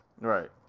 Right